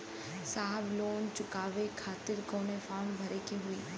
साहब लोन चुकावे खातिर कवनो फार्म भी भरे के होइ?